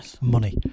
money